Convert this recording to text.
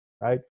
right